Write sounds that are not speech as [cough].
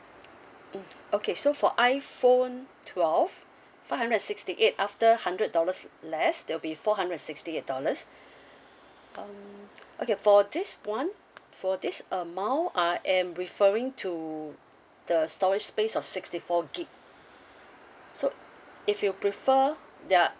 mm okay so for iphone twelve five hundred and sixty eight after hundred dollars less that will be four hundred and sixty dollars [breath] um okay for this one for this amount I am referring to the storage space of sixty four gig so if you prefer there are